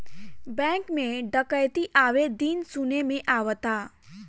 bank में डकैती आये दिन सुने में आवता